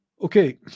Okay